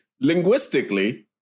Linguistically